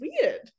weird